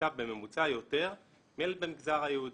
מתוקצב בממוצע יותר מילד במגזר היהודי.